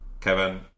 Kevin